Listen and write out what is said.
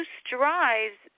strives